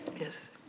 Yes